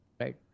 Right